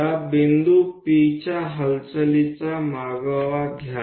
या बिंदू P च्या हालचालीचा मागोवा घ्या